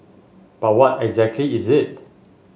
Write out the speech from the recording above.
but what exactly is it